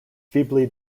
feebly